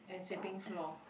and sweeping floor